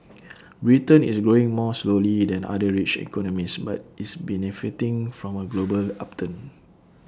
Britain is growing more slowly than other rich economies but is benefiting from A global upturn